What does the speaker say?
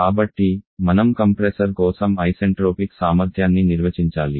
కాబట్టి మనం కంప్రెసర్ కోసం ఐసెంట్రోపిక్ సామర్థ్యాన్ని నిర్వచించాలి